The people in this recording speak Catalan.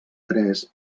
tres